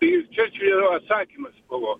tai ir čerčilio atsakymas buvo